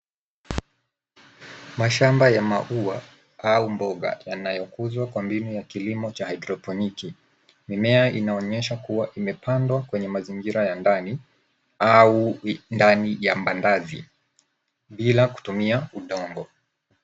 Mashamba ya maua au mboga yanayokuzwa kwa mbinu ya kilimo cha haidroponiki. Mimea inaonyesha kuwa imepandwa kwenye mazingira ya ndani au ndani ya mbandazi bila kutumia udongo.